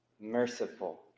merciful